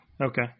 Okay